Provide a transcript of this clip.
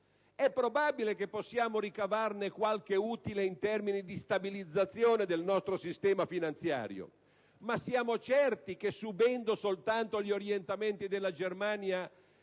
è probabile che possiamo ricavarne qualche utile in termini di stabilizzazione del nostro sistema finanziario, ma siamo certi che subendo soltanto gli orientamenti della Germania